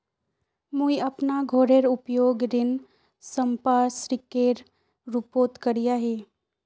मुई अपना घोरेर उपयोग ऋण संपार्श्विकेर रुपोत करिया ही